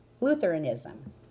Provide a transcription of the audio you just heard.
Lutheranism